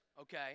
okay